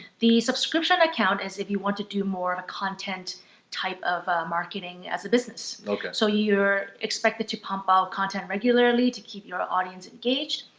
the subscription account is if you want to do more of a content type of marketing as a business. like ah so you're expected to pump out content regularly to keep your audience engaged.